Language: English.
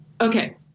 Okay